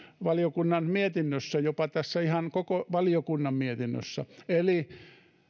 valiokunnan mietinnössä jopa ihan tässä koko valiokunnan mietinnössä eli